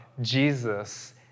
Jesus